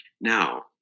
now